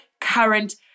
current